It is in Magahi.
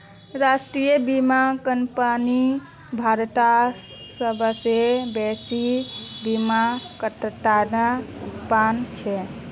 राष्ट्रीय बीमा कंपनी भारतत सबसे बेसि बीमाकर्तात उपर छ